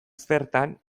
zertan